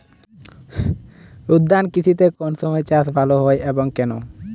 উদ্যান কৃষিতে কোন সময় চাষ ভালো হয় এবং কেনো?